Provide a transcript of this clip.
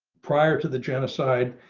prior to the genocide,